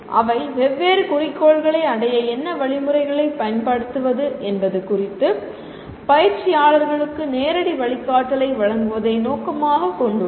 அவை வெவ்வேறு குறிக்கோள்களை அடைய என்ன வழிமுறைகளைப் பயன்படுத்துவது என்பது குறித்து பயிற்சியாளர்களுக்கு நேரடி வழிகாட்டலை வழங்குவதை நோக்கமாகக் கொண்டுள்ளன